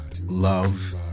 love